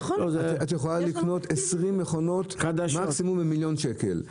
את יכולה לקנות 20 מכונות מקסימום במיליון שקל,